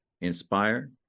inspire